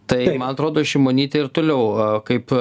tai man atrodo šimonytė ir toliau kaip